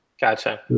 Gotcha